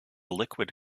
liquid